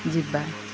ଯିବା